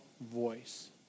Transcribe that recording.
voice